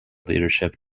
leadership